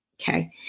okay